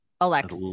Alex